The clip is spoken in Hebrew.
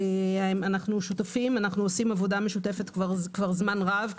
אנו שותפים, אנו עושים עבודה משותפת זמן רב.